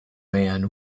man